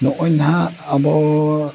ᱱᱚᱜᱼᱚᱸᱭ ᱱᱟᱦᱟᱜ ᱟᱵᱚ